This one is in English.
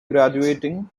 graduating